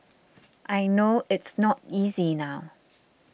I know it's not easy now